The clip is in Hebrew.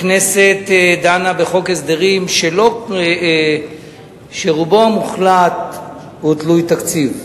הכנסת דנה בחוק הסדרים שרובו המוחלט הוא תלוי תקציב.